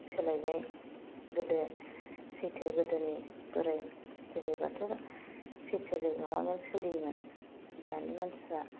सोलायबाय गोदो सैथो गोदोनि बोराय जोलैफ्राथ' सैथोजों माबाना सोलियोमोन दानि मानसिफ्रा